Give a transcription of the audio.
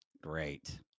Great